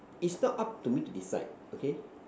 it's not up to me to decide okay